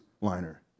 liner